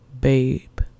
babe